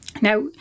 Now